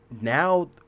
now